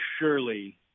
surely